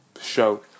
show